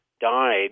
died